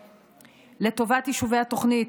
לטובת יישובי התוכנית,